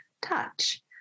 touch